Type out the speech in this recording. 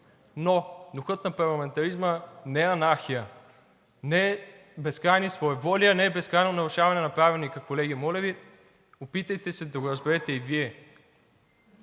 Но духът на парламентаризма не е анархия, не е безкрайни своеволия, не е безкрайно нарушаване на Правилника. Колеги, моля Ви, опитайте се да го разберете и Вие.